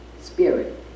spirit